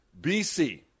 BC